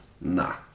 nah